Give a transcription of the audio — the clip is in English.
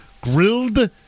Grilled